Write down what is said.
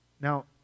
Now